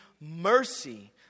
mercy